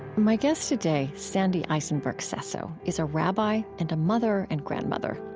my guest today, sandy eisenberg sasso, is a rabbi and a mother and grandmother.